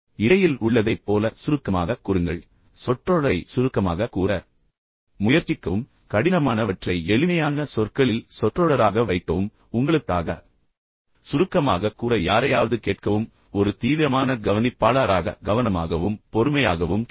இடையில் உள்ளதைப் போல சுருக்கமாகக் கூறுங்கள் அவர்களுக்கு அது புரியவில்லை என்றால் சொற்றொடரை சுருக்கமாகக் கூற முயற்சிக்கவும் கடினமானவற்றை எளிமையான சொற்களில் சொற்றொடராக வைக்கவும் நீங்கள் சுருக்கமாகக் கூற முடியாவிட்டால் அதை உங்களுக்காக சுருக்கமாகக் கூற யாரையாவது கேட்கவும் ஒரு தீவிரமான கவனிப்பாளாராக கவனமாகவும் பொறுமையாகவும் கேளுங்கள்